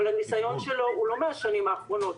אבל הניסיון שלו הוא לא מהשנים האחרונות.